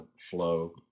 flow